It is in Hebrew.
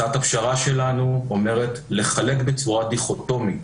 הצעת הפשרה שלנו אומרת לחלק בצורה דיכוטומית